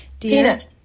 peanut